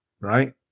Right